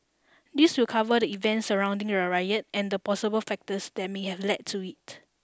this will cover the events surrounding the riot and the possible factors that may have led to it